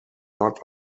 not